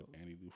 Andy